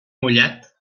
mullat